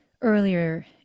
earlier